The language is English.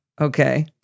okay